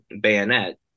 bayonet